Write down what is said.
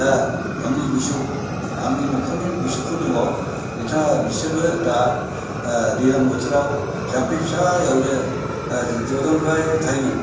दा आंनि बिसौ आंनि न'खरनि बिसौफोर दङ बिसोरबो दा दैलां बोथोराव जामफै फिसायावनो जजनद्राय थायोमोन